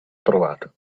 trovata